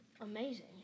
amazing